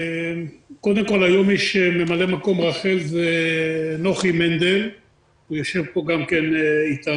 קודם כל היום יש את ממלא מקום רח"ל נוחי מנדל שיושב גם אתנו.